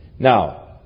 Now